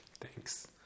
Thanks